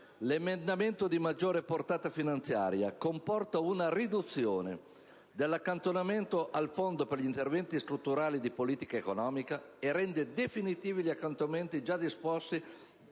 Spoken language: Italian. L'emendamento di maggiore portata finanziaria comporta una riduzione dell'accantonamento destinato al fondo per gli interventi strutturali di politica economica e rende definitivi gli accantonamenti già disposti